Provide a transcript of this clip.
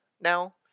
now